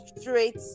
straight